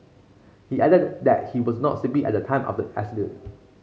he added that he was not sleepy at the time of the accident